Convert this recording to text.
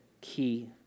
key